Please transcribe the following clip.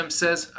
says